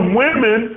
women